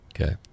Okay